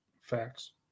Facts